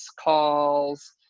calls